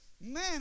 man